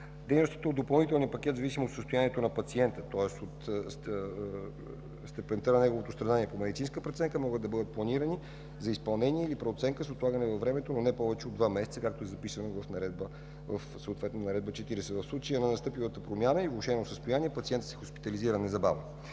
Дейностите от допълнителния пакет, в зависимост от състоянието на пациента, тоест от степента на неговото страдание, по медицинска преценка могат да бъдат планирани за изпълнение или преоценка с отлагане във времето, но за не повече от два месеца, както е записано съответно в Наредба № 40. В случай на настъпила промяна и влошено състояние обаче, пациентът се хоспитализира незабавно.